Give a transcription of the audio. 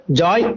joy